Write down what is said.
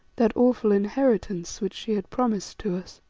that awful inheritance which she had promised to us.